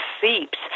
seeps